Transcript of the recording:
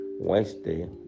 Wednesday